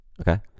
okay